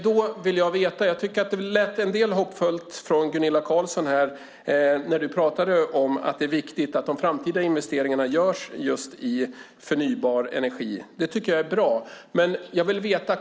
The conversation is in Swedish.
Det lät lite hoppfullt när Gunilla Carlsson pratade om att det är viktigt att de framtida investeringarna görs just i förnybar energi. Det tycker jag är bra.